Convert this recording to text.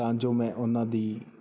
ਤਾਂ ਜੋ ਮੈਂ ਉਹਨਾਂ ਦੀ